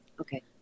Okay